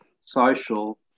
social